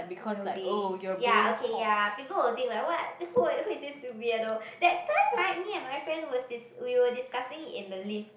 will they ya okay ya people will think like what who were who is this weirdo that time right me and my friend was this we were discussing it in the lift